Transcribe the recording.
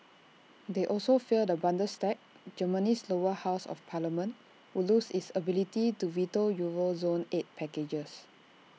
they also fear the Bundestag Germany's lower house of parliament would lose its ability to veto euro zone aid packages